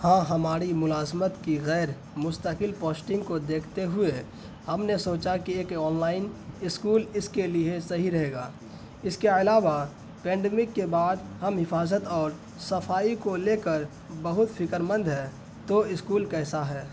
ہاں ہماری ملازمت کی غیرمستقل پوسٹنگ کو دیکھتے ہوئے ہم نے سوچا کہ ایک آن لائن اسکول اس کے لیے صحیح رہے گا اس کے علاوہ پینڈیمک کے بعد ہم حفاظت اور صفائی کو لے کر بہت فکرمند ہیں تو اسکول کیسا ہے